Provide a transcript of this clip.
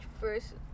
first